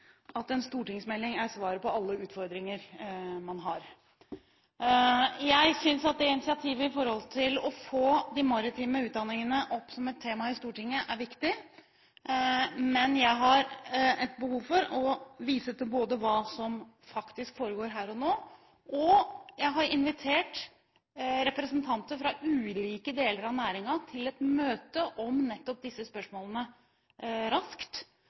en stortingsmelding er svaret på alle utfordringer man har. Jeg synes at initiativet for å få de maritime utdanningene opp som et tema i Stortinget, er viktig, men jeg har behov for å vise til hva som faktisk foregår her og nå, og jeg har invitert representanter fra ulike deler av næringen til et møte om nettopp disse spørsmålene raskt,